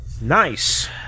nice